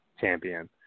champion